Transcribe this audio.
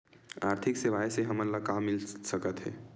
आर्थिक सेवाएं से हमन ला का मिल सकत हे?